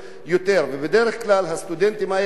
הסטודנטים האלה לא נמצאים פה,